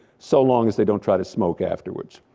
so long as they don't try to smoke afterwards.